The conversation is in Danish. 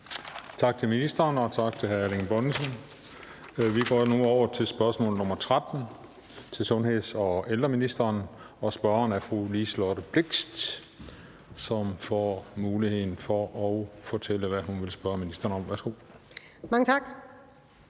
Tak til ministeren, og tak til hr. Erling Bonnesen. Vi går nu over til spørgsmål nr. 13 til sundheds- og ældreministeren, og spørgeren er fru Liselott Blixt, som får muligheden for at fortælle, hvad hun vil spørge ministeren om. Kl. 17:20 Spm.